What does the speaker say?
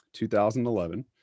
2011